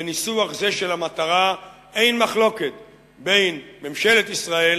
בניסוח זה של המטרה אין מחלוקת בין ממשלת ישראל